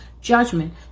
judgment